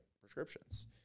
prescriptions